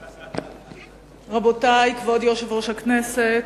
רבותי, כבוד יושב-ראש הכנסת,